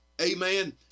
Amen